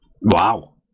wow